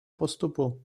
postupu